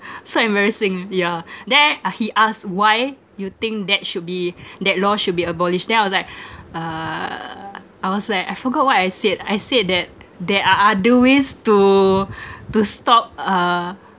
so embarrassing yeah then uh he asked why you think that should be that law should be abolished then I was like uh I was like I forgot what I said I said that there are other ways to to stop uh